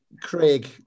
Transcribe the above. Craig